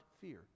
fear